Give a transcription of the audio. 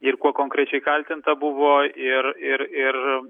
ir kuo konkrečiai kaltinta buvo ir ir ir